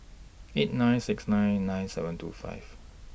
eight nine six nine nine seven two five